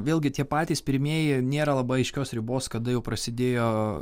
vėlgi tie patys pirmieji nėra labai aiškios ribos kada jau prasidėjo